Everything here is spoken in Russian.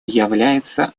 является